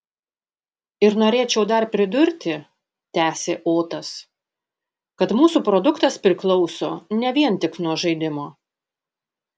ir norėčiau dar pridurti tęsė otas kad mūsų produktas priklauso ne vien tik nuo žaidimo